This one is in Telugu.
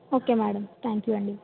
ఓకే మేడం థ్యాంక్ యూ అండి